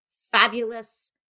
fabulous